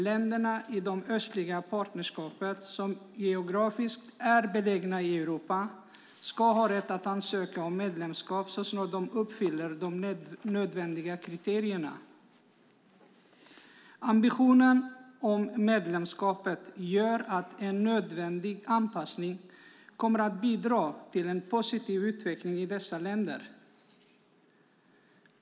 Länderna i det östliga partnerskapet, som geografiskt är belägna i Europa, ska ha rätt att ansöka om medlemskap så snart de uppfyller de nödvändiga kriterierna. Ambitionen när det gäller medlemskapet gör att en nödvändig anpassning kommer att bidra till en positiv utveckling i dessa länder.